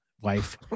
wife